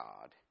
God